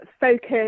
focus